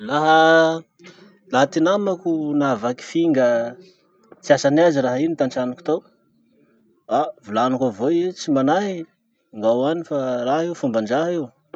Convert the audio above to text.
Laha, laha ty namako nahavaky finga tsy asany azy raha iny tantranoko tao, ah volaniko avao i hoe tsy manahy, angao any fa raha io, fombandraha io.